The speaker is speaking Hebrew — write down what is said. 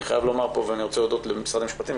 אני רוצה להודות למשרד המשפטים,